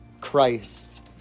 Christ